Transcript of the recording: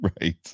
Right